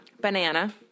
Banana